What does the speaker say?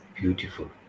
beautiful